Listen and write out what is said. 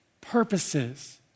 purposes